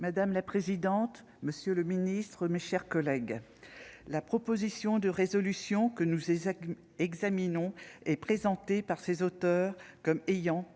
Madame la présidente, monsieur le ministre, mes chers collègues, la proposition de résolution que nous examinons aujourd'hui est présentée par ses auteurs comme ayant